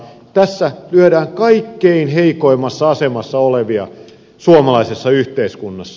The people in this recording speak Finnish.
tässä lyödään kaikkein heikoimmassa asemassa olevia suomalaisessa yhteiskunnassa